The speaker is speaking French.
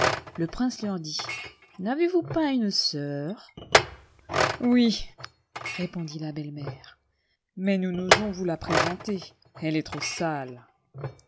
le prince leur dit o n'avez-vous pas une soeur oui répondit la belle-mère mais nous n'osons vous la présenter elle est trop sale